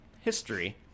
history